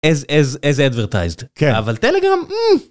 As advertised , אבל טלגראם...